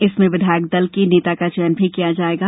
इसमें विधायक दल के नेता का चयन भी किया जाएगा